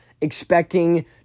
expecting